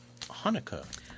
Hanukkah